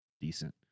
decent